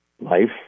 life